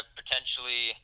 potentially